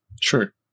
Sure